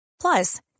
Plus